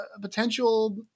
potential